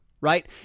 right